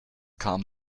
kam